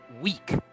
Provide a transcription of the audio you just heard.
Week